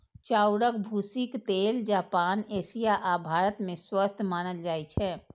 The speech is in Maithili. चाउरक भूसीक तेल जापान, एशिया आ भारत मे स्वस्थ मानल जाइ छै